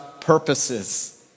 purposes